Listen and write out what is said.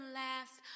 last